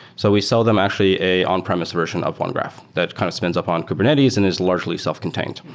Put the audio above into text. so we sell them actually a on-premise version of onegraph that kind of spins up on kubernetes and it's largely self-contained,